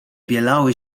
bielały